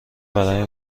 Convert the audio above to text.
برای